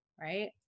Right